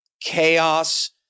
chaos